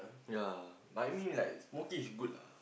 ya but I mean like smoking is good lah